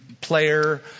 player